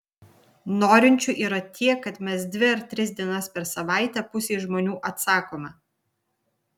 norinčių yra tiek kad mes dvi ar tris dienas per savaitę pusei žmonių atsakome